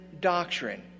doctrine